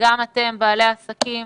וגם אתם בעלי העסקים,